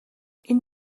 энэ